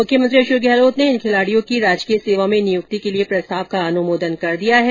मुख्यमंत्री अशोक गहलोत ने इन खिलाड़ियों की राजकीय सेवा में नियुक्ति के लिए प्रस्ताव का अनुमोदन कर दिया है